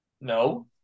No